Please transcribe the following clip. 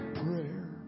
prayer